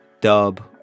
dub